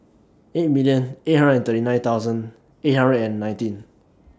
eight million eight hundred and thirty nine thousand eight hundred and nineteen